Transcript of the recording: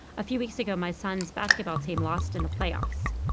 a few weeks ago, my son's basketball team lost in the playoffs,